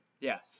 Yes